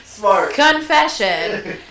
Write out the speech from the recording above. Confession